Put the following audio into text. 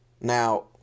Now